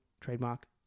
Trademark